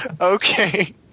Okay